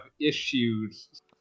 issues